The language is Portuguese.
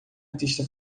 artista